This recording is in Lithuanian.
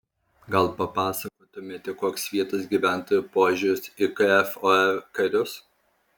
gal papasakotumėte koks vietos gyventojų požiūris į kfor karius